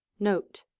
Note